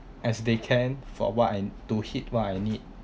as they can for what I to hit what I need